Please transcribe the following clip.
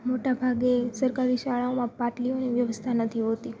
મોટા ભાગે સરકારી શાળાઓમાં પાટલીઓની વ્યવસ્થા નથી હોતી